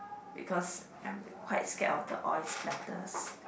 because I'm quite scared of the oil splatters